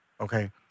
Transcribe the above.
Okay